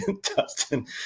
Dustin